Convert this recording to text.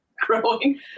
growing